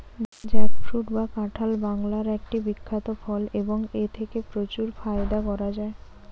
jackfruit বা কাঁঠাল বাংলার একটি বিখ্যাত ফল এবং এথেকে প্রচুর ফায়দা করা য়ায়